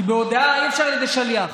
כי בהודיה אי-אפשר על ידי שליח,